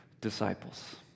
disciples